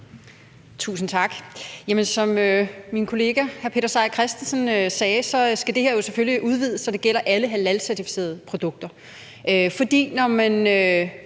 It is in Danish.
Tusind tak. Som min kollega, hr. Peter Seier Christensen, sagde, skal det her jo selvfølgelig udvides, så det gælder alle halalcertificerede produkter. For når man